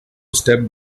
stepped